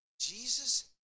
Jesus